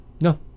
No